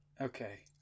Okay